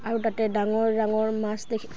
আৰু তাতে ডাঙৰ ডাঙৰ মাছ দেখি